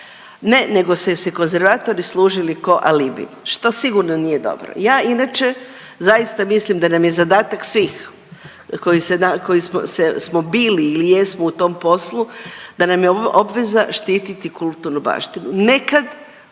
Ne nego su se konzervatori služili ko alibi, što sigurno nije dobro. Ja inače zaista mislim da nam je zadatak svih koji se na, koji smo bili ili jesmo u tom poslu da nam je ovo obveza štiti kulturnu baštinu.